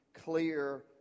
clear